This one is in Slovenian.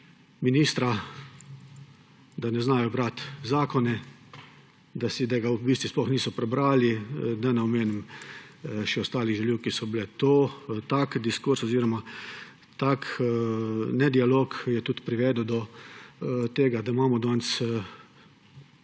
ministra, da ne znajo brati zakona, ga v bistvu sploh niso prebrali, da ne omenim še ostalih žaljivk, ki so bile. Tak diskurz oziroma tak nedialog je tudi privedel do tega, da se danes